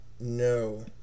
no